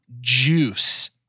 juice